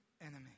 enemy